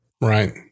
Right